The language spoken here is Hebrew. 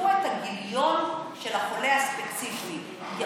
את זה ממקומי פה, כן,